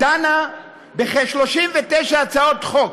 ודנה ב-39 הצעות חוק.